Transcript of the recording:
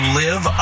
live